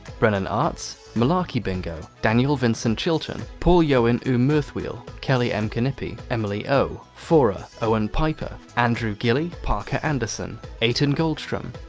brennan arts, malarkey bingo, daniel vincent chiltern, paul yoen ewmerthweel kelly m knipy, emily o, fora, owen piper, andrew gilly, parker anderson, eight in goldstrum,